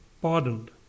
pardoned